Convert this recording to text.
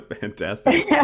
Fantastic